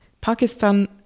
Pakistan